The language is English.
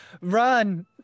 run